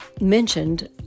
mentioned